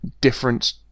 different